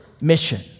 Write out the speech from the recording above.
mission